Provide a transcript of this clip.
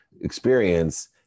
experience